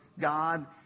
God